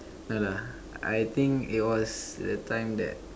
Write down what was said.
no lah I think it was the time that